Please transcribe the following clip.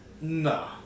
No